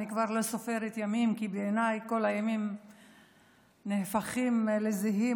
אני כבר לא סופרת ימים כי בעיניי כל הימים נהפכים לזהים,